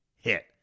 hit